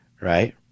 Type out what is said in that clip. right